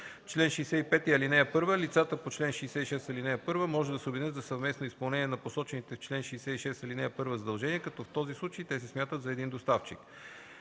чл. 65: „Чл. 65. (1) Лицата по чл. 66, ал. 1 може да се обединят за съвместно изпълнение на посочените в чл. 66, ал. 1 задължения, като в този случай те се смятат за един доставчик.